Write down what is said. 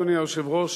אדוני היושב-ראש,